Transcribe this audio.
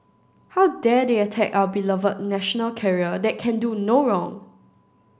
how dare they attack our beloved national carrier that can do no wrong